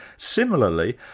similarly,